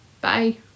Bye